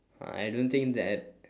I don't think that